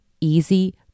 easy